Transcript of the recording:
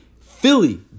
Philly